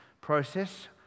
process